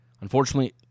Unfortunately